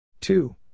Two